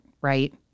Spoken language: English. right